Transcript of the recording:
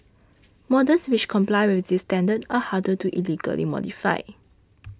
models which comply with this standard are harder to illegally modify